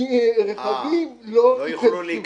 שרכבים לא יוכלו להיכנס.